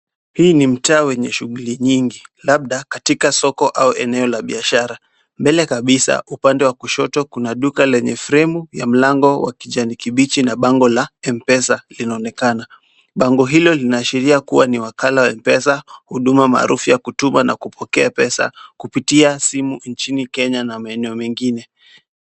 Hii ni mtaa wenye shughuli nyingi, labda katika soko au eneo la biashara. Mbele kabisa upande wa kushoto, kuna duka lenye fremu ya mlango wa kijani kibichi na bango la M-Pesa linaonekana. Bango hilo linaashiria kuwa ni wakala wa M-Pesa, huduma maalum ya kutuma na kupokea pesa kutumia simu nchini Kenya na maeneo mengine.